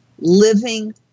living